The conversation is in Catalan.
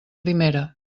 primera